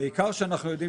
14:15 ונתחדשה בשעה 14:45.)